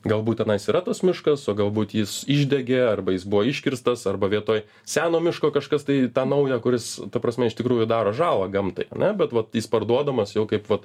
galbūt tenais yra tas miškas o galbūt jis išdegė arba jis buvo iškirstas arba vietoj seno miško kažkas tai tą naują kuris ta prasme iš tikrųjų daro žalą gamtai ane bet vat jis parduodamas jau kaip vat